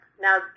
Now